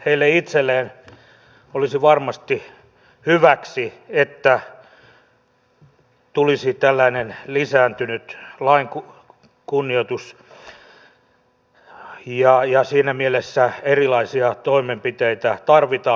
heille itselleen olisi varmasti hyväksi että tulisi tällainen lisääntynyt lainkunnioitus ja siinä mielessä erilaisia toimenpiteitä tarvitaan